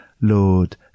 Lord